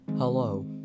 Hello